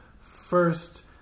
first